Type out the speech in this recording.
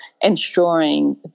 ensuring